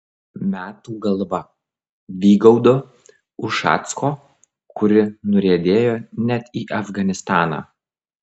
metų galva vygaudo ušacko kuri nuriedėjo net į afganistaną